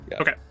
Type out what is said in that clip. Okay